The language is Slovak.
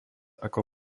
ako